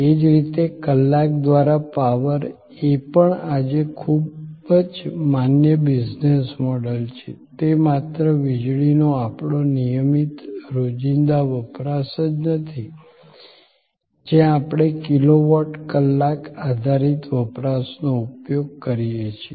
એ જ રીતે કલાક દ્વારા પાવર એ પણ આજે ખૂબ જ માન્ય બિઝનેસ મોડલ છે તે માત્ર વીજળીનો આપણો નિયમિત રોજિંદા વપરાશ જ નથી જ્યાં આપણે કિલોવોટ કલાક આધારિત વપરાશનો ઉપયોગ કરીએ છીએ